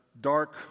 dark